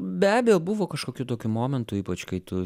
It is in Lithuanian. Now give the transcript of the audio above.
be abejo buvo kažkokių tokių momentų ypač kai tu